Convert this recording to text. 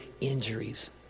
injuries